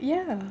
ya